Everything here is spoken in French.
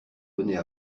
bonnets